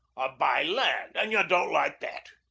buy land, and ye don't like that.